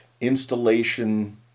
installation